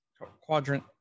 Quadrant